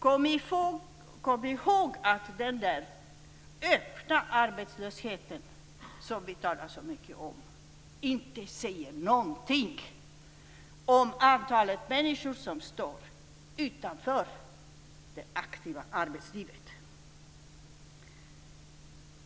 Kom ihåg att den öppna arbetslösheten som vi talar så mycket om inte säger någonting om antalet människor som står utanför det aktiva arbetslivet!